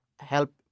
help